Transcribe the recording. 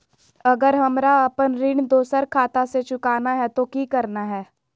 अगर हमरा अपन ऋण दोसर खाता से चुकाना है तो कि करना है?